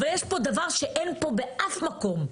אבל יש פה דבר שאין פה באף מקום.